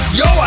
yo